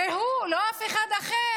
הרי הוא, לא אף אחד אחר.